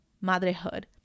motherhood